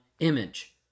image